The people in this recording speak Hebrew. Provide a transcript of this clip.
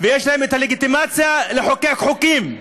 ויש לה הלגיטימציה לחוקק חוקים.